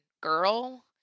girl